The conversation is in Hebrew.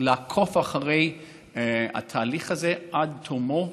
לעקוב אחרי התהליך הזה עד תומו.